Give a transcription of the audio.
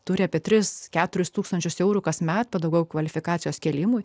turi apie tris keturis tūkstančius eurų kasmet pedagogų kvalifikacijos kėlimui